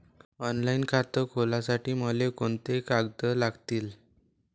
Online खातं खोलासाठी मले कोंते कागद लागतील?